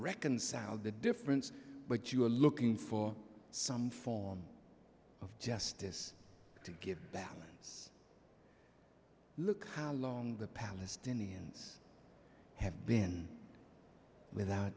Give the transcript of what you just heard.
reconcile the difference but you are looking for some form of justice to get balance look how long the palestinians have been without